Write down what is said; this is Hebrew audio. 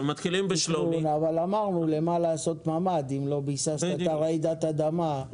אבל אמרנו: למה לעשות ממ"ד אם לא מבססים רעידת אדמה,